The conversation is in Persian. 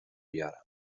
بیارم